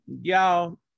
y'all